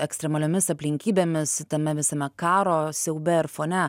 ekstremaliomis aplinkybėmis tame visame karo siaube ir fone